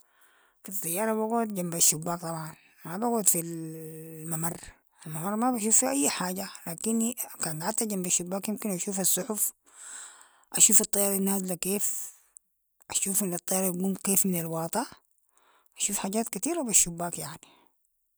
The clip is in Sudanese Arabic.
في الطيارة بقعد جمب الشباك طبعا، ما بقعد في الممر، الممر ما بشوف فيها أي حاجة، لكني كان قعدت جمب الشباك امكن اشوف السحف، اشوف الطائرة نازلة كيف، اشوف انو الطائرة يقوم كيف من الواطة، اشوف حاجات كتيرة بالشباك يعني.